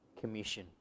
commission